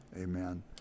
Amen